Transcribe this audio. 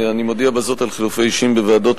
אני מודיע בזאת על חילופי אישים בוועדות,